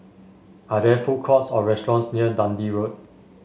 are there food courts or restaurants near Dundee Road